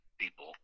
people